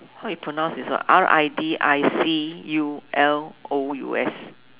how you pronounce this word R I D C U L O U S